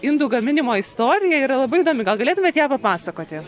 indų gaminimo istorija yra labai įdomi gal galėtumėt ją papasakoti